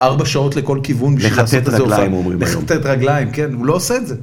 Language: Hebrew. ארבע שעות לכל כיוון בשביל לעשות את זה. לחתת רגליים אומרים. לחתת רגליים, כן, הוא לא עושה את זה.